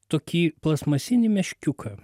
tokį plastmasinį meškiuką